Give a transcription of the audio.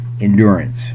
endurance